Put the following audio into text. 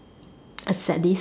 a sadist